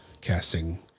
casting